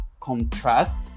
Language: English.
contrast